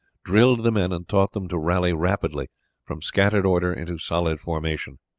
drilled the men and taught them to rally rapidly from scattered order into solid formation.